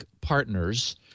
partners